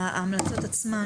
ההמלצות עצמן,